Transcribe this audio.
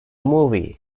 movie